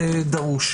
בדרוש.